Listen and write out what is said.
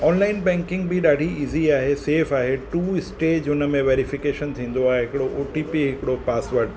online banking बि ॾाढी easy आहे सेफ़ आहे टू स्टेज हुन में वैरीफिकेशन थींदो आहे हिकिड़ो ओ टी पी हिकिड़ो पासवड